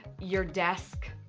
your desk?